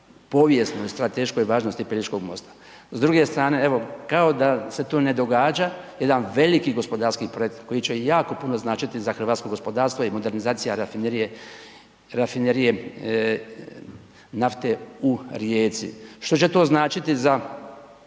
povijesnoj, strateškoj važnosti Pelješkog mosta. S druge strane evo kao da se to ne događa jedan veliki gospodarski projekt koji će jako puno značiti za hrvatsko gospodarstvo i modernizacija rafinerije nafte u Rijeci. Što će to značiti za